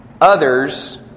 others